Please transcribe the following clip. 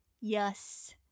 Yes